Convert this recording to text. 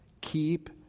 Keep